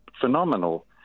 phenomenal